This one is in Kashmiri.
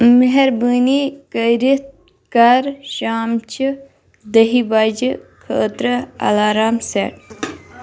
مہربٲنی کٔرِتھ کر شامچہِ دَہہِ بجہِ خٲطرٕ الارام سیٹ